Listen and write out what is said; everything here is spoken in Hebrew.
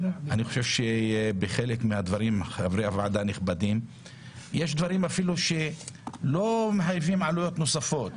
אני חושב שבחלק מהדברים יש דברים שלא מחייבים אפילו עלויות נוספות,